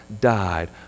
died